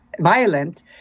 violent